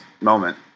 moment